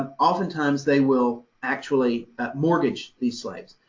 um oftentimes they will actually mortgage these slaves.